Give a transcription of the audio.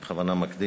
אני בכוונה מקדים,